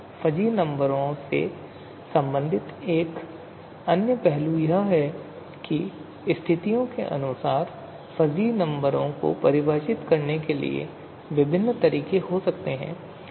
fuzzy नंबरों से संबंधित एक अन्य पहलू यह है कि स्थितियों के अनुसार फ़ज़ी नंबरों को परिभाषित करने के विभिन्न तरीके हो सकते हैं